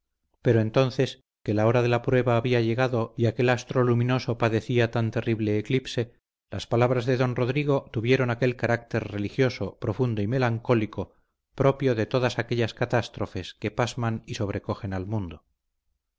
pero entonces que la hora de la prueba había llegado y aquel astro luminoso padecía tan terrible eclipse las palabras de don rodrigo tuvieron aquel carácter religioso profundo y melancólico propio de todas aquellas catástrofes que pasman y sobrecogen al mundo